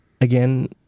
again